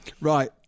Right